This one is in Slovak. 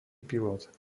pilot